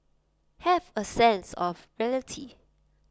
have A sense of reality